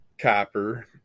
copper